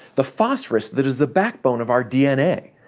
the phosphorus that is the backbone of our dna.